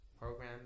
program